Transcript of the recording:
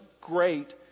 great